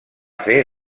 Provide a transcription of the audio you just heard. fer